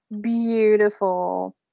Beautiful